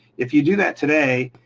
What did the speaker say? if you do that today,